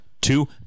Two